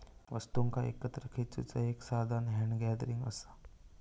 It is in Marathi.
वस्तुंका एकत्र खेचुचा एक साधान हॅन्ड गॅदरिंग असा